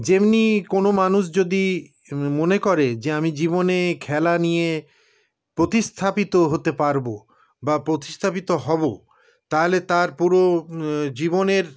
যেমনি কোনো মানুষ যদি মনে করে যে আমি জীবনে খেলা নিয়ে প্রতিস্থাপিত হতে পারব বা প্রতিস্থাপিত হব তাহলে তার পুরো জীবনের